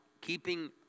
keeping